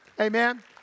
Amen